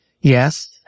Yes